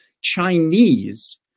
Chinese